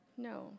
no